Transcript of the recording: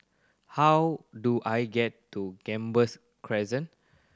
how do I get to Gambas Crescent